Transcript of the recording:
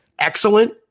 excellent